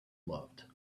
loved